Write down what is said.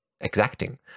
exacting